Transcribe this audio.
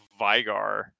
Vigar